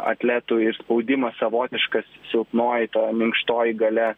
atletų ir spaudimas savotiškas silpnoji ta minkštoji galia